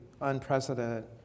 unprecedented